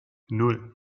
nan